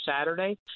Saturday